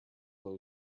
low